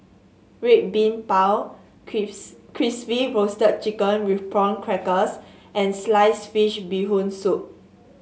Red Bean Bao Crispy Roasted Chicken with Prawn Crackers and slice fish Bee Hoon Soup